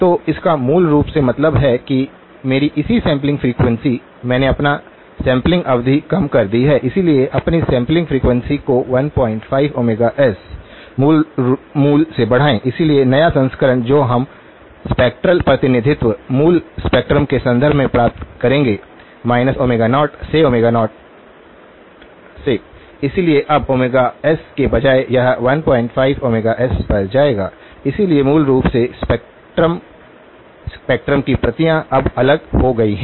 तो इसका मूल रूप से मतलब है कि मेरी इसी सैंपलिंग फ्रीक्वेंसी मैंने अपना सैंपलिंग अवधि कम कर दी है इसलिए अपनी सैंपलिंग फ्रीक्वेंसी को 15s मूल से बढ़ाएं इसलिए नया संस्करण जो हम स्पेक्ट्रल प्रतिनिधित्व मूल स्पेक्ट्रम के संदर्भ में प्राप्त करेंगे 0 से 0 से इसलिए अब s के बजाय यह 15s पर जाएगा इसलिए मूल रूप से स्पेक्ट्रम स्पेक्ट्रम की प्रतियां अब अलग हो गई हैं